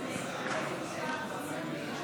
42 בעד, 60 נגד.